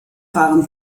waren